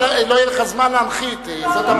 אבל לא יהיה לך זמן להנחית, זאת הבעיה.